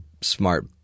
smart